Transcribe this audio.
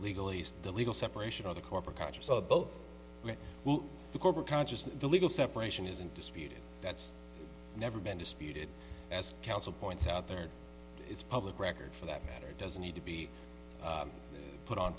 legal east the legal separation of the corporate catches of both the corporate conscious of the legal separation isn't disputed that's never been disputed as counsel points out there is public record for that matter doesn't need to be put on